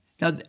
Now